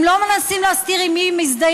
הם לא מנסים להסתיר עם מי הם מזדהים.